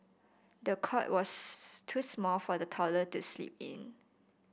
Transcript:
the cot was too small for the toddler to sleep in